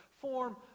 form